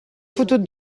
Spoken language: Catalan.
fotut